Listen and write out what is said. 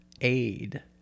aid